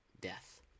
Death